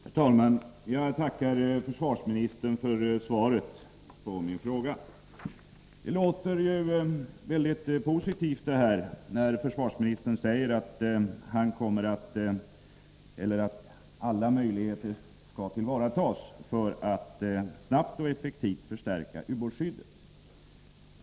Herr talman! Jag tackar försvarsministern för svaret på min fråga. Det låter ju väldigt positivt när försvarsministern säger att alla möjligheter skall tillvaratas för att snabbt och effektivt förstärka ubåtsskyddet.